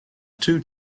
two